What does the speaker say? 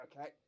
Okay